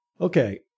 Okay